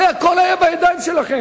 הרי הכול היה בידיים שלכם.